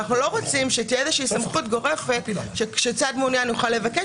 אבל אנחנו לא רוצים שתהיה איזושהי סמכות גורפת כשצד מעוניין מבקש,